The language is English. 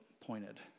pointed